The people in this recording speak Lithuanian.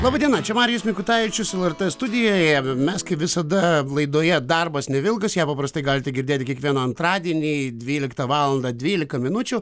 laba diena čia marijus mikutavičius lrt studijoje mes kaip visada laidoje darbas ne vilkas ją paprastai galite girdėti kiekvieną antradienį dvyliktą valandą dvylika minučių